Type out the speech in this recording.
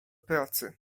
pracy